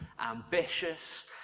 ambitious